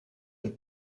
een